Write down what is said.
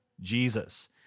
Jesus